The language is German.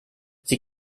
sie